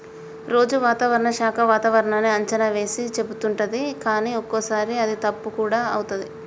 రోజు వాతావరణ శాఖ వాతావరణన్నీ అంచనా వేసి చెపుతుంటది కానీ ఒక్కోసారి అది తప్పు కూడా అవుతది